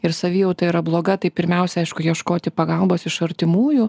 ir savijauta yra bloga tai pirmiausia aišku ieškoti pagalbos iš artimųjų